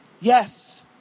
Yes